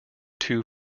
too